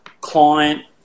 client